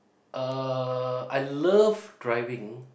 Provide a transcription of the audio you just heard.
(uh)I love driving